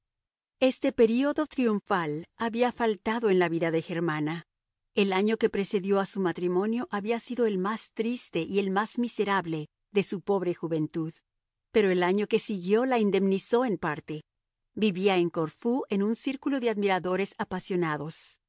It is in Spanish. este período triunfal había faltado en la vida de germana el año que precedió a su matrimonio había sido el más triste y el más miserable de su pobre juventud pero el año que siguió la indemnizó en parte vivía en corfú en un círculo de admiradores apasionados